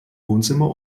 wohnzimmer